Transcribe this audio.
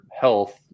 health